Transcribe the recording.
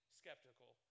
skeptical